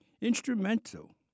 instrumental